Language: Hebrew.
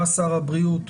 מה שר הבריאות,